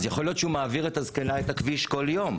אז יכול להיות שהוא מעביר את הזקנה את הכביש כל יום,